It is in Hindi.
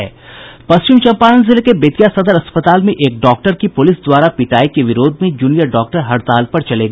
पश्चिम चंपारण जिले के बेतिया सदर अस्पताल में एक डॉक्टर की प्रलिस द्वारा पिटाई के विरोध में जूनियर डॉक्टर हड़ताल पर चले गये हैं